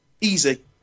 Easy